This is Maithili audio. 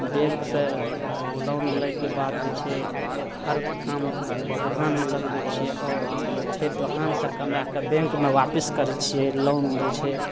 बैँकसे लोन लैके बाद जे छै हर काम दोकानमे लगबै छिए आओर फेर दोकानसे कमैके बैँकमे आपस करै छिए लोन जे छै